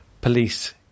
police